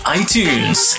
iTunes